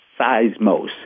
Seismos